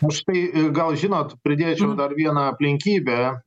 aš tai gal žinot pridėčiau dar vieną aplinkybę